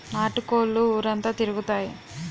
నాటు కోళ్లు ఊరంతా తిరుగుతాయి